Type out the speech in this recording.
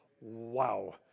Wow